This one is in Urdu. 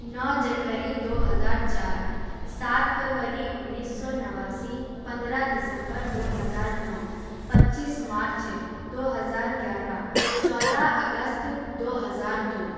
نو جنوری دو ہزار چار سات فروری انیس سو نواسی پندرہ دسمبر دو ہزار نو پچیس مارچ دو ہزار گیارہ چودہ اگست دو ہزار دو